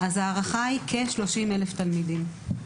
אז ההערכה היא כ-30,000 תלמידים.